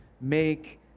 make